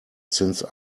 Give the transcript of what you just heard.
since